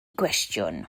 gwestiwn